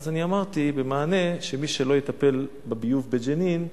ואז אני אמרתי במענה שמי שלא יטפל בביוב בג'נין,